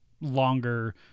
longer